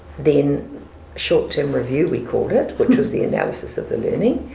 then short term review, we called it, which was the analysis of the learning.